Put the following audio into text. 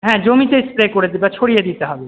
হ্যাঁ জমিতে স্প্রে করে বা ছড়িয়ে দিতে হবে